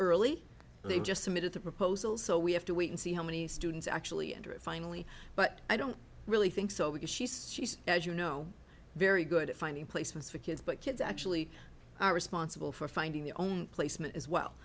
early they just submitted the proposal so we have to wait and see how many students actually enter it finally but i don't really think so because she says she's as you know very good at finding places for kids but kids actually are responsible for finding their own placement as well